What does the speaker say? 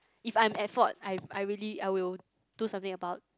if I'm at fault I I really I will do something about